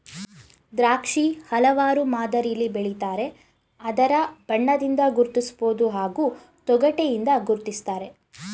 ದ್ರಾಕ್ಷಿ ಹಲವಾರು ಮಾದರಿಲಿ ಬೆಳಿತಾರೆ ಅದರ ಬಣ್ಣದಿಂದ ಗುರ್ತಿಸ್ಬೋದು ಹಾಗೂ ತೊಗಟೆಯಿಂದ ಗುರ್ತಿಸ್ತಾರೆ